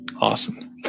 Awesome